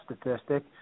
statistic